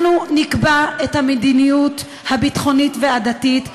אנחנו נקבע את המדיניות הביטחונית והדתית ב-2017,